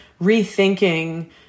rethinking